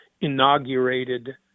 inaugurated